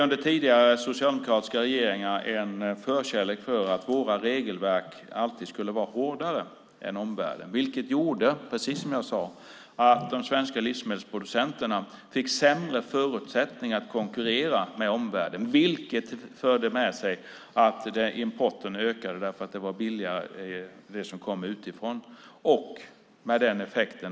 Under tidigare socialdemokratiska regeringar fanns det en förkärlek för att våra regelverk alltid skulle vara hårdare än omvärldens, vilket gjorde, precis som jag sade, att de svenska livsmedelsproducenterna fick sämre förutsättningar att konkurrera med omvärlden. Det förde med sig att importen ökade, därför att det som kom utifrån var billigare.